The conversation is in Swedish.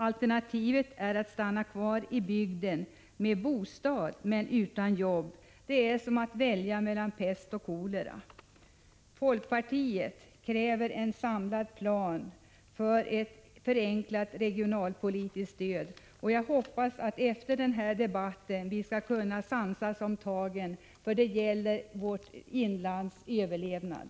Alternativet är att stanna kvar i bygden med bostad, men utan jobb. Det är som att välja mellan pest och kolera. Folkpartiet kräver en samlad plan för ett förenklat regionalpolitiskt stöd. Jag hoppas att vi efter den här debatten skall kunna samsas om tagen, för det gäller vårt inlands överlevnad.